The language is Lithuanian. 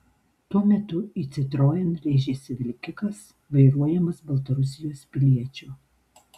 tuo metu į citroen rėžėsi vilkikas vairuojamas baltarusijos piliečio